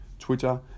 Twitter